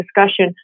discussion